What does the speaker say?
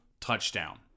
touchdown